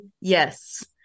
Yes